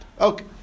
Okay